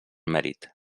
mèrit